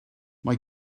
mae